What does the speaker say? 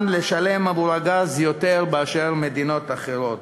לשלם עבור הגז יותר מאשר במדינות אחרות.